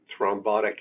thrombotic